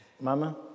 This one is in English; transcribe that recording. Mama